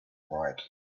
ride